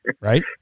right